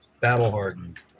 battle-hardened